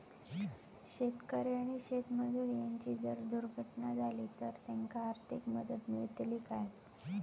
शेतकरी आणि शेतमजूर यांची जर दुर्घटना झाली तर त्यांका आर्थिक मदत मिळतली काय?